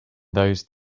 those